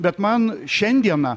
bet man šiandieną